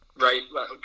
right